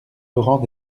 laurent